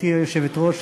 גברתי היושבת-ראש,